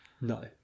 No